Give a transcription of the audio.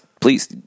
Please